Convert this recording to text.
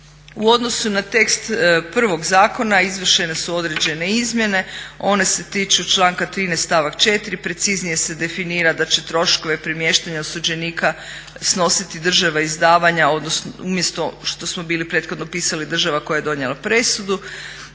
U odnosu na tekst prvog zakona izvršene su određene izmjene, one se tiču članka 13. stavak 4., preciznije se definira da će troškove premještanja osuđenika snositi država izdavanja umjesto što smo bili prethodno pisali država koja je donijela presudu.